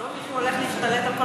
שלא מישהו הולך להשתלט על כל,